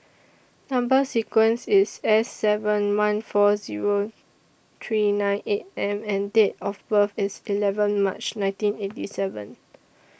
Number sequence IS S seven one four Zero three nine eight and and Date of birth IS eleven March nineteen eighty seven